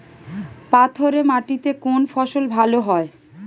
পাথরে মাটিতে কোন ফসল ভালো হয়?